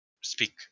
speak